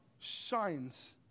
shines